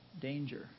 danger